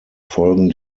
folgen